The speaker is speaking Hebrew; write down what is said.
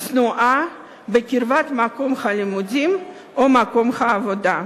צנועה בקרבת מקום הלימודים או מקום העבודה.